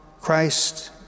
Christ